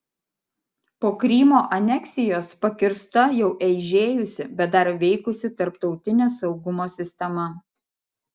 po krymo aneksijos pakirsta jau eižėjusi bet dar veikusi tarptautinė saugumo sistema